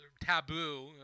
taboo